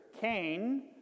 Cain